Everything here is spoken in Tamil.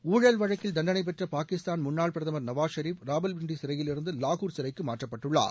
ஊழல் வழக்கில் தண்டனை பெற்ற பாகிஸ்தான் முன்னாள் பிரதமர் நவாஸ் ஷெரீஃப் ராவல்பிண்டி சிறையிலிருந்து லாகூர் சிறைக்கு மாற்றப்பட்டுள்ளார்